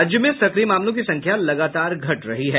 राज्य में सक्रिय मामलों की संख्या लगातार घट रही है